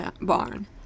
barn